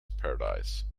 paradise